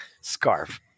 scarf